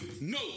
No